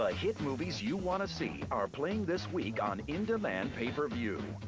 ah hit movies you want to see are playing this week on indemand pay-per-view.